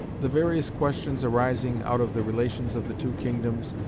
the various questions arising out of the relations of the two kingdoms,